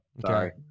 Sorry